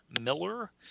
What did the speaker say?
miller